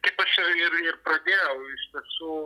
kaip aš ir ir ir pradėjau iš tiesų